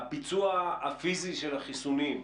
הביצוע הפיזי של החיסונים,